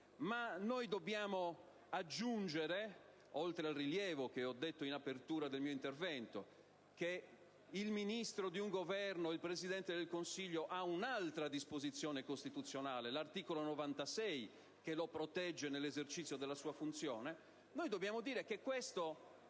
Ma dobbiamo aggiungere (oltre al rilievo che ho citato in apertura del mio intervento, che il Ministro di un Governo e il Presidente del Consiglio hanno un'altra disposizione costituzionale, l'articolo 96, che li protegge nell'esercizio della loro funzione)